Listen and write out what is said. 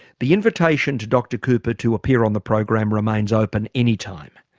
the invitation to dr cooper to appear on the program remains open anytime,